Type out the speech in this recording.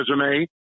resume